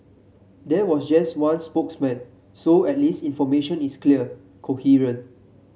there was just one spokesman so at least information is clear coherent